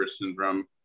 syndrome